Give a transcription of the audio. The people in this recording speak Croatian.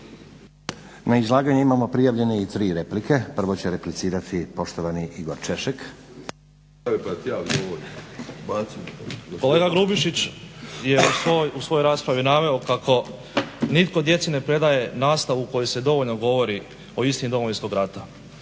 Na izlaganje imamo prijavljene i tri replike. Prvo će replicirati poštovani Igor Češek. **Češek, Igor (HDSSB)** Kolega Grubišić je u svojoj raspravi naveo kako nitko djeci ne predaje nastavu u kojoj se dovoljno govori o istini Domovinskog rata